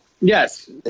Yes